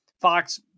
Fox